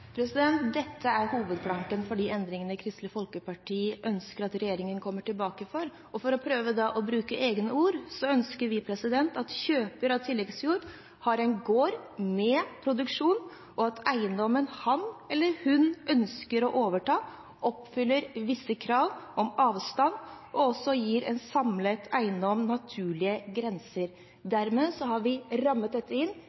Dette er hovedplanken for de endringene Kristelig Folkeparti ønsker at regjeringen kommer tilbake med. For å prøve å bruke egne ord, ønsker vi at kjøper av tilleggsjord har en gård med produksjon, og at eiendommen som han eller hun ønsker å overta, oppfyller visse krav om avstand og gir en samlet eiendom naturlige grenser. Dermed har vi rammet dette inn